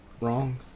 wrong